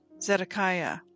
Zedekiah